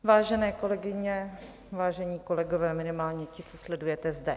Vážené kolegyně, vážení kolegové, minimálně ti, co sledujete zde.